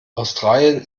australien